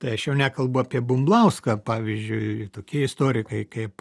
tai aš jau nekalbu apie bumblauską pavyzdžiui tokie istorikai kaip